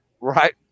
Right